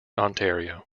ontario